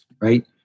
right